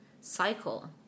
cycle